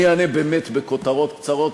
אני אענה באמת בכותרות קצרות,